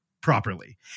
properly